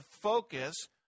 focus